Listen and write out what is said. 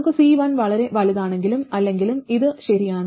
നമുക്ക് C1 വളരെ വലുതാണെങ്കിലും അല്ലെങ്കിലും ഇത് ശരിയാണ്